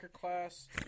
class